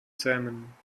zähmen